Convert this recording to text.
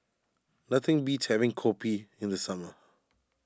nothing beats having Kopi in the summer